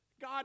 God